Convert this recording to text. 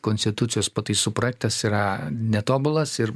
konstitucijos pataisų projektas yra netobulas ir